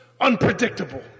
unpredictable